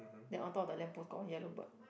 then on top of the lamp post got one yellow bird